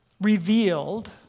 revealed